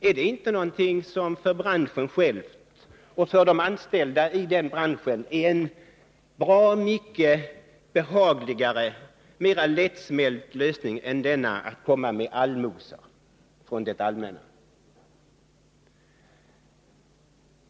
Är inte detta för branschen och de anställda i branschen en bra mycket behagligare och mer lättsmält lösning än allmosor från det allmänna?